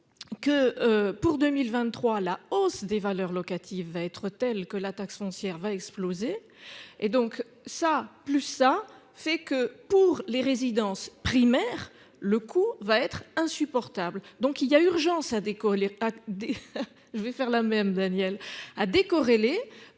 Que pour 2023 la hausse des valeurs locatives va être telle que la taxe foncière va exploser et donc ça plus ça fait que pour les résidences primaires le va être insupportable. Donc il y a urgence à décoller.